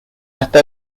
hasta